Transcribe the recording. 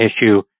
issue